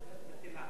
בטלה.